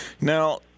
Now